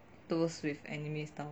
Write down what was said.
those with anime style